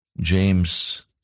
James